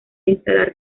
instalar